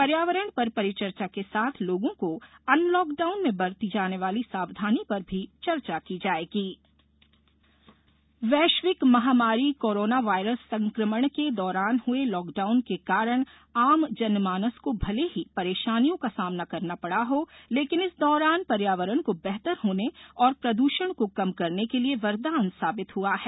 पर्यावरण पर परिचर्चा के साथ लोगों को अनलॉक डाउन में बरती जाने वाली सावधानी पर भी चर्चा की जाएगी पर्यावरण दिवस विशेष रिपोर्ट वैश्विक महामारी कोरोना वायरस संक्रमण के दौरान हुए लॉक डाउन के कारण आम जनमानस को भले ही परेशानियों का सामना करना पड़ा हो लेकिन इस दौरान पर्यावरण को बेहतर होने और प्रदूषण को कम करने के लिए वरदान साबित हुआ है